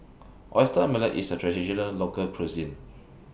Oyster Omelette IS A Traditional Local Cuisine